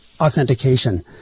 authentication